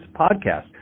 podcast